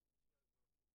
בזה שהאוכלוסייה הזאת,